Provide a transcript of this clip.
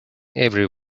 every